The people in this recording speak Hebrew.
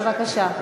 בבקשה.